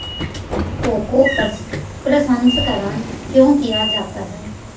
Cocoa प्रसंस्करण क्यों किया जाता है?